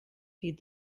feed